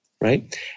right